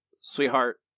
sweetheart